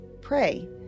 pray